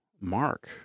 mark